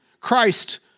Christ